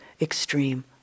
extreme